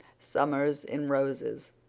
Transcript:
summer's in roses,